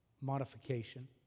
modification